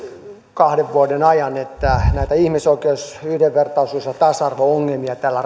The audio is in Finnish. kahden vuoden ajan ja sitä että näitä ihmisoikeus yhdenvertaisuus ja tasa arvo ongelmia tällä